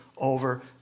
over